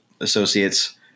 associates